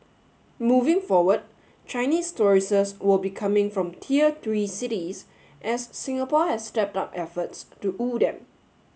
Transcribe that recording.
moving forward Chinese tourists will be coming from tier three cities as Singapore has stepped up efforts to woo them